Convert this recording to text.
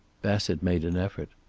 bassett made an effort.